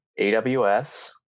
AWS